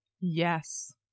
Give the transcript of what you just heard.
Yes